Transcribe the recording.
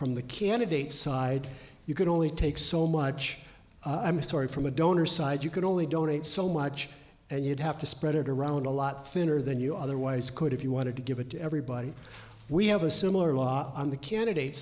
from the candidates side you can only take so much story from a donor side you can only donate so much and you'd have to spread it around a lot thinner than you otherwise could if you wanted to give it to everybody we have a similar law on the candidates